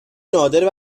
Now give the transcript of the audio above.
نادر